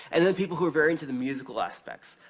and then people who are very into the musical aspects.